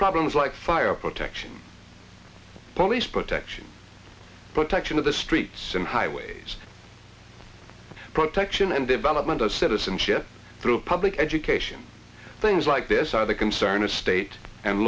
problems like fire protection police protection protection of the streets and highways protection and development of citizenship through public education things like this are the concern of state and